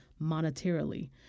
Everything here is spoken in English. monetarily